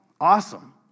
Awesome